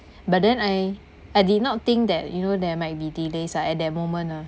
but then I I did not think that you know there may be delays ah at that moment ah